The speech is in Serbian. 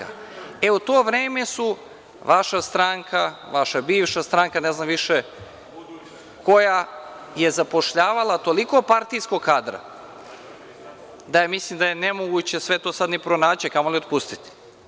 E u to vreme su, vaša stranka, vaša bivša stranka, ne znam više koja, je zapošljavala toliko partijskog kadra da ja mislim da je nemoguće sve to sada ni pronaći, a kamoli otpustiti.